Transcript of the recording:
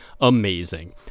amazing